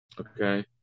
Okay